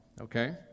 Okay